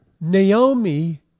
Naomi